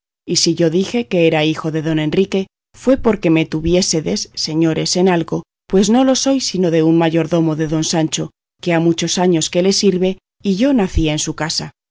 y si yo dije que era hijo de don enrique fue porque me tuviésedes señores en algo pues no lo soy sino de un mayordomo de don sancho que ha muchos años que le sirve y yo nací en su casa